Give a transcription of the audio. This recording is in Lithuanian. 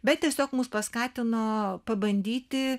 bet tiesiog mus paskatino pabandyti